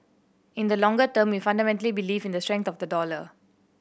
in the longer term we fundamentally believe in the strength of the dollar